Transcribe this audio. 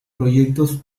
proyectos